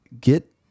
get